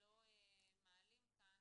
לא מעלים כאן,